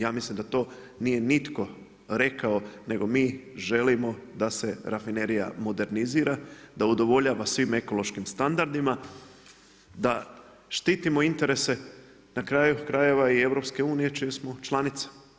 Ja mislim da to nije nitko rekao, nego mi želimo da se rafinerija modernizira, da udovoljava svim ekološkim standardima, da štitimo interes na kraju krajeva i EU čiji smo članica.